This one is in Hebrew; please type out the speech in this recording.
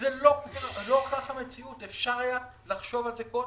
ולא כך המציאות, אפשר היה לחשוב על זה קודם.